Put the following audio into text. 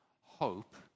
hope